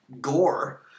gore